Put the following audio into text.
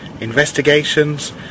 investigations